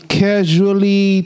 casually